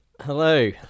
Hello